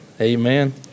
Amen